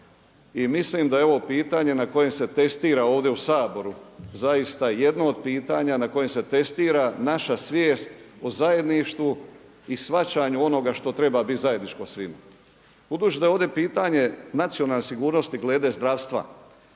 i mislim da je ovo pitanje na koje se testira ovdje u Saboru zaista jedno od pitanja na kojem se testira naša svijest o zajedništvu i shvaćanju onoga što treba biti zajedničko svima. Budući da je ovdje pitanje nacionalne sigurnosti glede zdravstva,